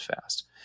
fast